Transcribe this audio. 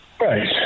Right